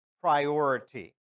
priority